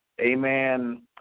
Amen